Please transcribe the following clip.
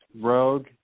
Rogue